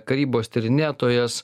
karybos tyrinėtojas